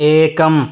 एकम्